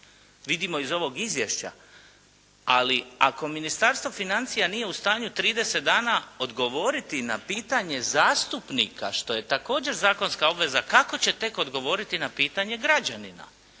vidimo iz ovog izvješća, ali ako Ministarstvo financija nije u stanju 30 dana odgovoriti na pitanje zastupnika što je također zakonska obaveza, kako će tek odgovoriti na pitanje građanina?